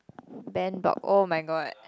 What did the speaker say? Ben bought oh-my-god